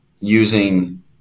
using